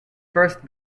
first